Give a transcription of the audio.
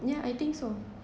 yeah I think so